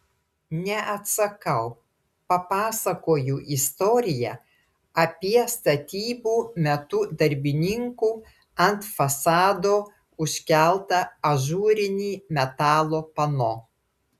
neatsakau papasakoju istoriją apie statybų metu darbininkų ant fasado užkeltą ažūrinį metalo pano